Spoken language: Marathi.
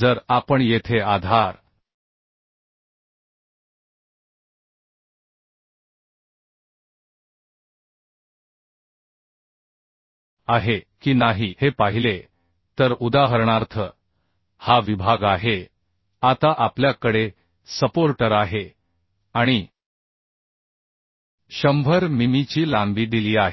जर आपण येथे आधार आहे की नाही हे पाहिले तर उदाहरणार्थ हा विभाग आहे आता आपल्या कडे सपोर्ट र आहे आणि 100 मिमीची लांबी दिली आहे